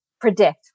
predict